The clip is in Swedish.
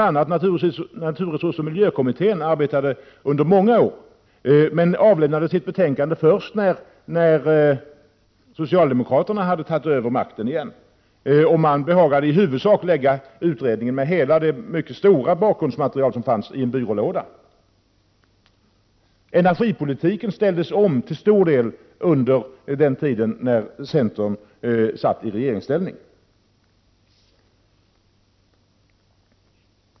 a. naturresursoch miljökommittén arbetade under många år men avlämnade sitt betänkande först när socialdemokraterna hade tagit över makten igen, och då behagade man i huvudsak lägga utredningen med det mycket stora bakgrundsmaterial som fanns i en byrålåda. Energipolitiken ställdes till stor del om under den tid när centern satt i regeringsställning.